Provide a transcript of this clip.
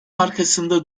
arkasında